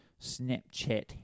Snapchat